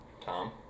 Tom